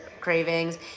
cravings